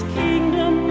kingdom